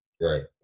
Right